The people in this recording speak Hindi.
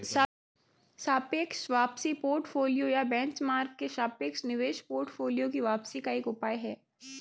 सापेक्ष वापसी पोर्टफोलियो या बेंचमार्क के सापेक्ष निवेश पोर्टफोलियो की वापसी का एक उपाय है